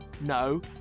no